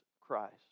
Christ